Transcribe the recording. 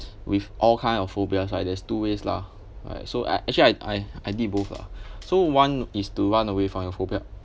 with all kind of phobias right there's two ways lah alright so I actually I I I did both lah so one is to run away from your phobia